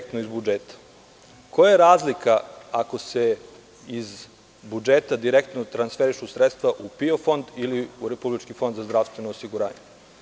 Koja je razlika ako se iz budžeta direktno transferišu sredstva u PIO fond ili u Republički fond za zdravstveno osiguranje?